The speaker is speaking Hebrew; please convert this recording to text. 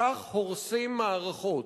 כך הורסים מערכות,